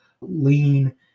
lean